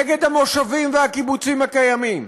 נגד המושבים והקיבוצים הקיימים,